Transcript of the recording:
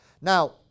Now